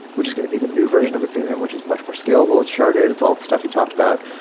which is going to be the new version of ethereum, which is much more scalable. it's sharded. it's all the stuff we talked about.